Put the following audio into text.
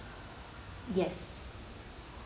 yes